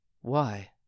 Why